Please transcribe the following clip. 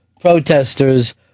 protesters